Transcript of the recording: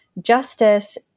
justice